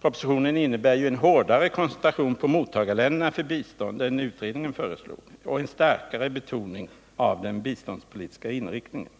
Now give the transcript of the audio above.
Propositionen innebär ju hårdare koncentration på mottagarländerna för bistånd än utredningen föreslog och en starkare betoning av den biståndspolitiska inriktningen.